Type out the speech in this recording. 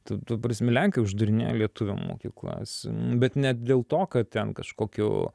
tu prisimeni lenkai uždarinėjo lietuvių mokyklas bet ne dėl to kad ten kažkokiu